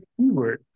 keywords